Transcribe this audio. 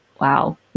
wow